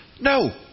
No